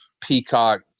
Peacock